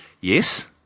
Yes